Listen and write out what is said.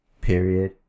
Period